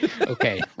Okay